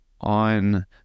on